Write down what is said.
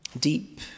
Deep